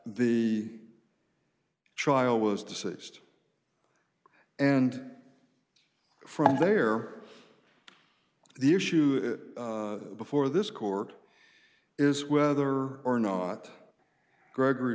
the trial was deceased and from there the issue it before this court is whether or not gregory